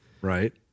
Right